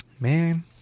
Man